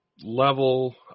level